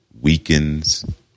weakens